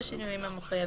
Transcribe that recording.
בשינויים המחויבים,